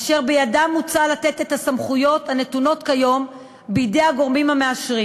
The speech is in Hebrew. אשר בידם מוצע לתת את הסמכויות הנתונות כיום בידי הגורמים המאשרים,